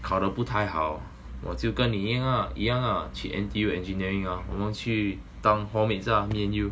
考得不太好我就跟你一样 ah 去 N_T_U engineering ah 我们去 hostel ah me and you